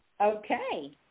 Okay